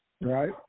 Right